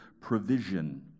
provision